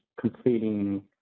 completing